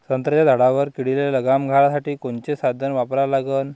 संत्र्याच्या झाडावर किडीले लगाम घालासाठी कोनचे साधनं वापरा लागन?